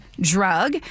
drug